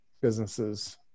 businesses